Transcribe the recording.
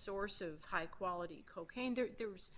source of high quality cocaine there's